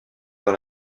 dans